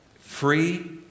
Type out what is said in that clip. free